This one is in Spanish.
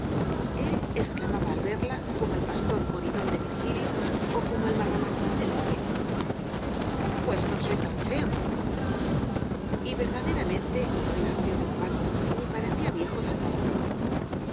él exclamaba al verla como el pastor coridón de virgilio ó como el marramaquiz de lope pues no soy tan feo y verdaderamente no era feo don paco ni pa recía viejo tampoco